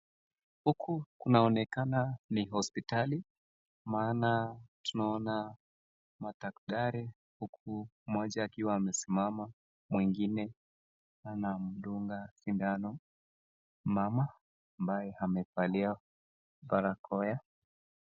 Huku kuna onekana ni hospitali, maana tunaona madakitari huku moja akiwa amesimama, mwingine ni kama anamdunga shindano mama ambaye amevalia barakoya.